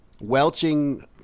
Welching